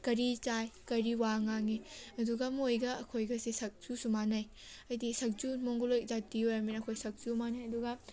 ꯀꯔꯤ ꯆꯥꯏ ꯀꯔꯤ ꯋꯥ ꯉꯥꯡꯏ ꯑꯗꯨꯒ ꯃꯣꯏꯒ ꯑꯩꯈꯣꯏꯒꯁꯦ ꯁꯛ ꯆꯨꯁꯨ ꯃꯥꯟꯅꯩ ꯍꯥꯏꯕꯗꯤ ꯁꯛꯆꯨ ꯃꯣꯡꯒꯣꯂꯣꯏꯠ ꯖꯥꯇꯤ ꯑꯣꯏꯔꯕꯅꯤꯅ ꯁꯛꯁꯨ ꯃꯥꯟꯅꯩ ꯑꯗꯨꯒ